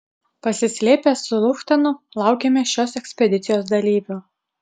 pasislėpę su luchtanu laukėme šios ekspedicijos dalyvių